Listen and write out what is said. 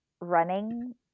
running